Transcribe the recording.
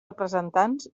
representants